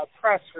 press